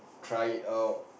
try it out